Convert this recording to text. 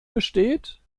besteht